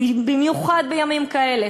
במיוחד בימים כאלה.